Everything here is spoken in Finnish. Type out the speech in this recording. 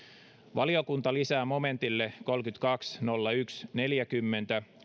valiokunta lisää momentille kolmekymmentäkaksi nolla yksi neljäkymmentä